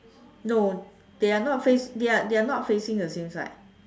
no they are not face they are they are not facing the same side